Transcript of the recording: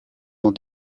dans